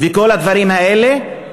וכל הדברים האלה,